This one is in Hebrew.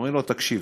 ואומרים לו: תקשיב,